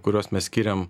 kuriuos mes skiriam